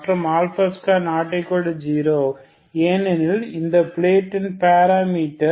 மற்றும் 2≠0 ஏனெனில் இந்த ப்ளேட்டில் பாராமீட்டர்